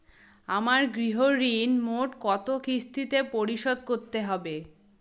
আমার গৃহঋণ মোট কত কিস্তিতে পরিশোধ করতে হবে?